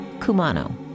Kumano